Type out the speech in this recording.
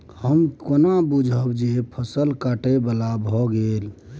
हम केना बुझब जे फसल काटय बला भ गेल?